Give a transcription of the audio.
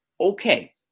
okay